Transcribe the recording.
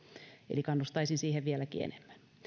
eli kannustaisi siihen vieläkin enemmän